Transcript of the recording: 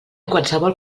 qualsevol